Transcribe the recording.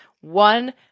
One